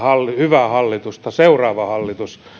hyvää hallitusta seuraava hallitus